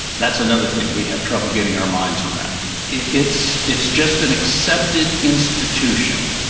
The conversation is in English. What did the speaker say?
that's another thing, we have trouble getting our minds around it. it's it's just an accepted institution.